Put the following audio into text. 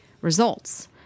results